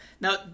Now